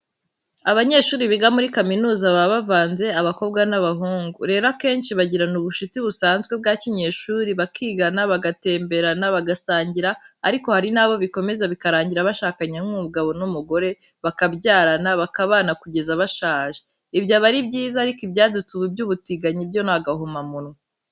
Abanyeshuri biga muri kaminuza, baba bavanze abakobwa n'abahungu, rero akenshi bagirana ubucuti busanzwe bwa kinyeshuri, bakigana, bagatemberana, bagasangira, ariko hari n'abo bikomeza bikarangira bashakanye nk'umugabo n'umugore, bakabyarana, bakabana kugeza bashaje, ibyo aba ari byiza, ariko ibyadutse ubu by'ubutinganyi byo ni agahomamunwa.